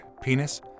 penis